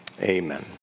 amen